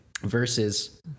versus